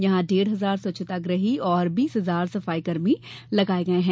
यहां डेढ़ हजार स्वच्छतागृही और बीस हजार सफाईकर्मी लगाए गए हैं